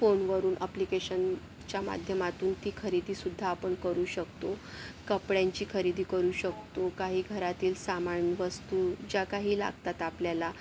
फोनवरून ॲप्लिकेशनच्या माध्यमातून ती खरेदीसुद्धा आपण करू शकतो कपड्यांची खरेदी करू शकतो काही घरातील सामान वस्तू ज्या काही लागतात आपल्याला